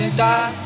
die